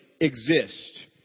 exist